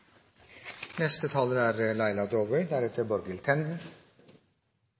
Neste taler er